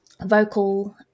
vocal